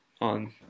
on